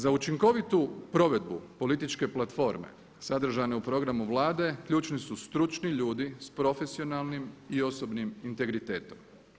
Za učinkovitu provedbu političke platforme sadržane u programu Vlade ključni su stručni ljudi s profesionalnim i osobnim integritetom.